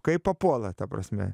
kaip papuola ta prasme